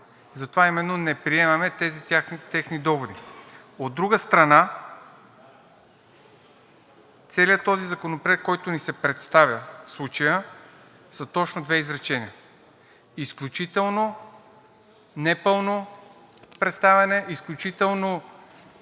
Затова именно не приемаме тези техни доводи. От друга страна, целият този законопроект, който ни се представя в случая, са точно две изречения. Изключително непълно представяне, изключително,